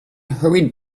hurried